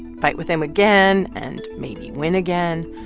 fight with him again and maybe win again,